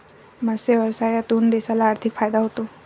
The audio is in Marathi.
मत्स्य व्यवसायातून देशाला आर्थिक फायदा होतो